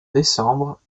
décembre